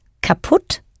kaputt